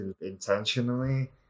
intentionally